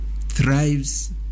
thrives